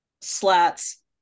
slats